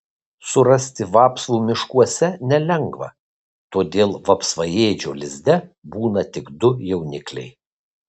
surasti vapsvų miškuose nelengva todėl vapsvaėdžio lizde būna tik du jaunikliai